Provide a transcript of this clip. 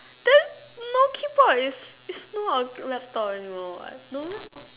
then no keyboard is not a laptop anymore what no